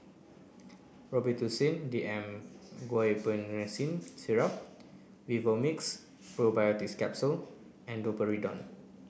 Robitussin D M Guaiphenesin Syrup Vivomixx Probiotics Capsule and Domperidone